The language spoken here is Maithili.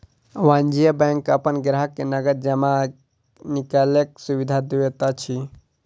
वाणिज्य बैंक अपन ग्राहक के नगद जमा आ निकालैक सुविधा दैत अछि